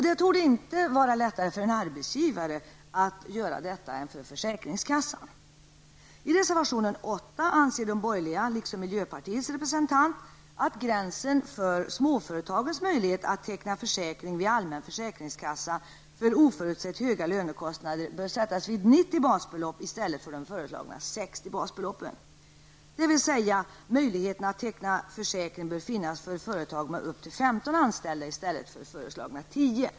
Det torde inte vara lättare för en arbetsgivare att göra detta än för försäkringskassan. I reservation 8 anför de borgerliga liksom miljöpartiets representant att gränsen för småföretagens möjlighet att teckna försäkring vid allmän försäkringskassa för oförutsett höga lönekostnader bör sättas vid 90 basbelopp i stället för föreslagna 60, dvs. att möjligheten att teckna försäkring bör finnas för företag med upp till 15 anställda i stället för föreslagna 10.